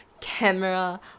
camera